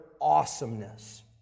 awesomeness